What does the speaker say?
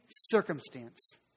circumstance